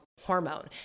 hormone